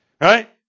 Right